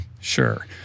Sure